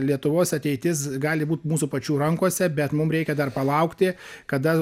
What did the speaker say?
lietuvos ateitis gali būt mūsų pačių rankose bet mum reikia dar palaukti kada